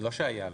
לא שהיו לו.